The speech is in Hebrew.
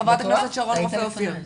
ח"כ שרון רופא אופיר.